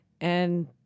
And-